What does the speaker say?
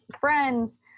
friends